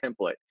template